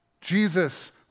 Jesus